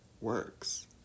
works